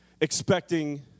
expecting